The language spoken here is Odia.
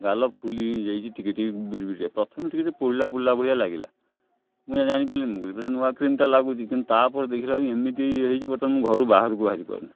ଗାଲ ଫୁଲି ଯାଇଛି ଟିକିଏ ଟିକିଏ ବିରିିବିରିଆ ପ୍ରଥମେ ଟିକିଏ ଟିକିଏ ପୋଡ଼ଲା ପୋଡ଼ିଲା ଭଳିଆ ଲାଗିଲା ମୁଁ ଆଉ ଜାଣିପାରିଲିନି ମୁଁ କହିଲି ନୂଆ କ୍ରିମ୍ଟା ଲାଗୁଛି କିନ୍ତୁ ତା'ପରେ ଦେଖାଲା ବେଳକୁ ଏମିତି ହୋଇଛି ବର୍ତ୍ତମାନ ମୁଁ ଘରୁ ବାହାରକୁ ବାହାରିପାରୁନି